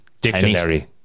dictionary